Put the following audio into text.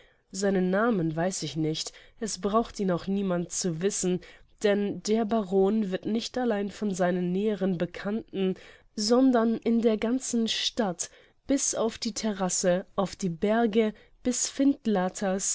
seinen namen weiß ich nicht es braucht ihn auch niemand zu wissen denn der baron wird nicht allein von seinen näheren bekannten sondern in der ganzen stadt bis auf die terasse auf die berge bis